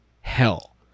hell